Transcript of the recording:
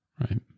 Right